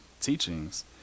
teachings